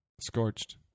Scorched